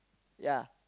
ya